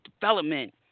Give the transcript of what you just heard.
development